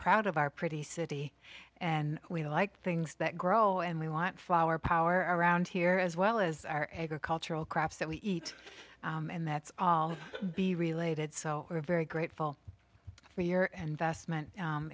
proud of our pretty city and we like things that grow and we want flower power around here as well as our agricultural crops that we eat and that's all be related so we're very grateful for your and vestment